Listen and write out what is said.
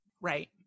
right